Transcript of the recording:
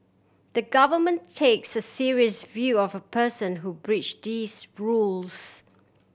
the Government takes a serious view of a person who breach these rules